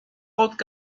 autres